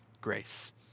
grace